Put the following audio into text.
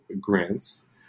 grants